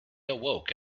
awoke